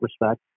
respect